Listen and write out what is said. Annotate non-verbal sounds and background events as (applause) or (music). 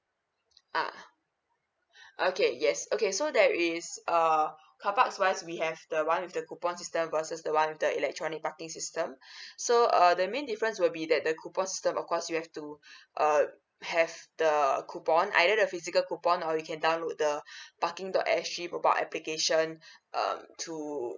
ah okay yes okay so there is err car parks wise we have the one with the coupons system versus the one with the electronic parking system (breath) so err the main difference will be that the coupon system of course you have to err have the coupon either the physical coupon or you can download the parking dot S G mobile application um to